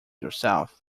yourself